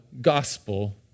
gospel